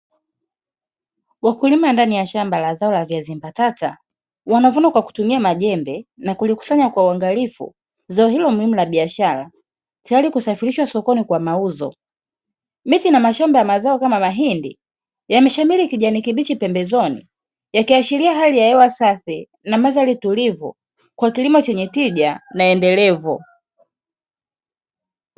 Wakulima ndani ya shamba la zao la viazi mbatata wanavuna kwa kutumia majembe na kulikusanya kwa uangalifu zao hilo muhimu la biashara, tayari kusafirisha sokoni kwa mauzo miti na mashamba ya mazao kama mahindi yameshamili kijani kibichi pembezoni yakiashiria hali ya hewa safi, na mandhari tulivyo kwa kilimo chenye tija na endelevu.